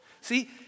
See